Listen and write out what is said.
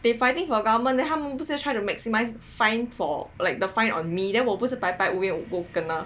they fighting for government then 他们不是 try to maximize fine for like the fine on me then 我不是白白无辜 kena